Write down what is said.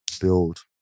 build